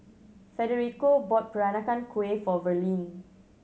Federico bought Peranakan Kueh for Verlene